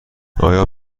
آیا